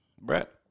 Brett